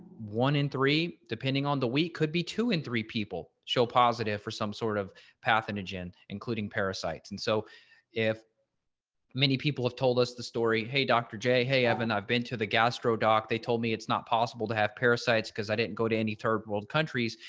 one in three, depending on the week could be two and three people show positive for some sort of pathogen, including parasites and so if many people have told us the story, hey, dr. j. hey, evan. i've been to the gastro doc. they told me it's not possible to have parasites because i didn't go to any third world countries.